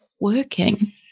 working